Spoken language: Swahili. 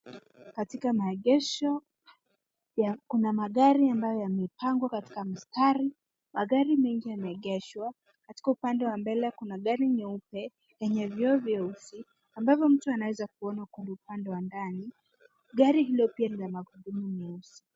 Katika maegesho, kuna magari ambayo yamepangwa katika mstari. Magari mengi yameegeshwa. Katika upande wa mbele kuna gari nyeupe yenye vioo vyeusi ambavyo mtu anaweza kuona kwenye upande wa ndani. Gari hilo pia lina magurudumu meusi.